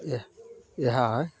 इए इएह हइ